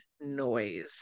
noise